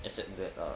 except that uh